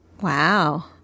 Wow